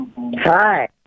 Hi